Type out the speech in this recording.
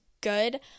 good